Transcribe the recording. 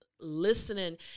listening